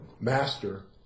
master